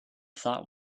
thought